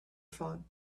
phone